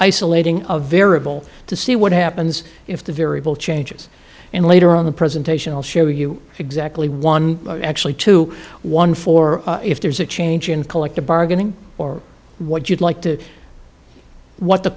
isolating a variable to see what happens if the variable changes and later on the presentation will show you exactly one actually to one for if there's a change in collective bargaining or what you'd like to what the